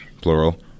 plural